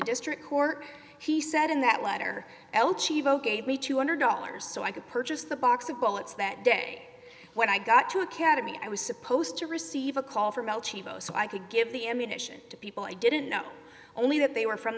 district court he said in that letter l chivo gave me two hundred dollars so i could purchase the box of bullets that day when i got to academy i was supposed to receive a call from el cheapo so i could give the ammunition to people i didn't know only that they were from